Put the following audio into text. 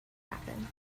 happen